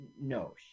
no